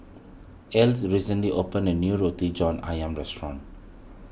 Ezell recently opened a new Roti John Ayam Restaurant